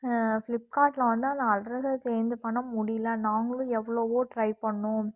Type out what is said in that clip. ஃப்லிப்கார்டில் வந்து அந்த அட்ரஸை சேஞ்சு பண்ண முடியல நாங்களும் எவ்வளோவோ ட்ரை பண்ணிணோம்